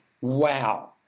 Wow